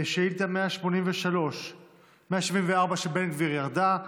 שאילתה מס' 174 של בן גביר ירדה.